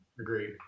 Agreed